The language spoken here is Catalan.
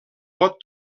pot